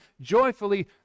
joyfully